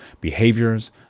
behaviors